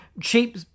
cheap